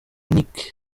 nic